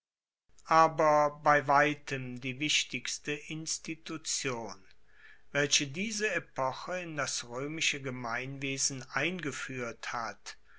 aber bei weitem die wichtigste institution welche diese epoche in das roemische gemeinwesen eingefuehrt hat